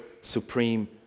supreme